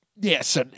Yes